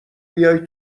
بیای